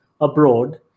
abroad